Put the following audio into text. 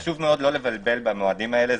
חשוב לא לבלבל במועדים האלה.